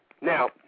Now